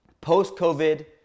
post-COVID